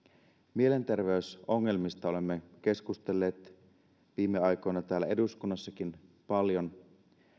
mielenterveysongelmista olemme keskustelleet viime aikoina täällä eduskunnassakin paljon